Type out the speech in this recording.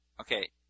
Okay